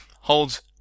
holds